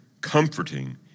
comforting